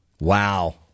Wow